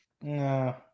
No